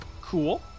cool